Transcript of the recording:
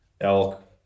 elk